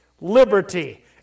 liberty